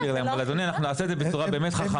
אדוני אנחנו נעשה את זה בצורה באמת חכמה.